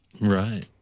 Right